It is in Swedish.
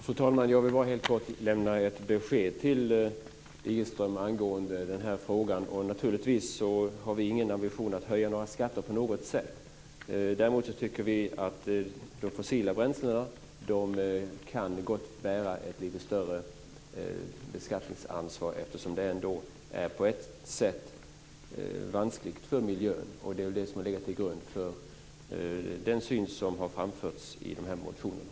Fru talman! Jag vill bara ge ett kort besked till Naturligtvis har vi inga ambitioner att höja några skatter. Däremot tycker vi att de fossila bränslena gott kan bära ett lite större beskattningsansvar eftersom de på ett sätt är vanskliga för miljön. Det är detta som har legat till grund för det synsätt som har framförts i de här motionerna.